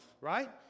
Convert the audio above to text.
Right